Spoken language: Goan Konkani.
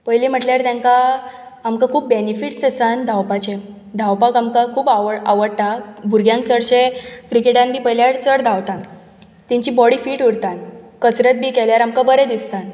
पयलीं म्हटल्यार तांकां आमकां खूब बॅनिफिट्स आसात धांवपाचे धांवपाक आमकां खूब आवडटा भुरग्यांक चडशे क्रिकेटांत बी पयल्यार चड धांवतात तेंची बॉडी फीट उरता कसरत बी केल्यार आमकां बरें दिसता